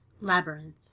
Labyrinth